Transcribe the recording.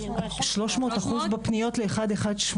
300% בפניות ל-118.